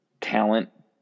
talent